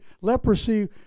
leprosy